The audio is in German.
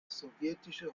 sowjetische